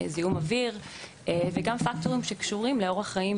זיהום אוויר וגם פקטורים שקשורים לאורח חיים,